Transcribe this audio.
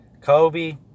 Kobe